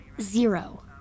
zero